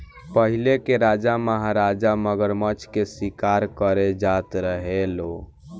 पहिले के राजा महाराजा मगरमच्छ के शिकार करे जात रहे लो